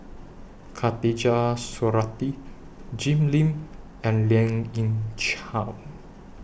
Khatijah Surattee Jim Lim and Lien Ying Chow